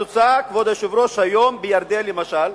התוצאה, כבוד היושב-ראש, שהיום בירדן, למשל,